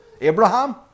Abraham